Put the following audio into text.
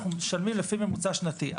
אנחנו משלמים לפי ממוצע שנתי.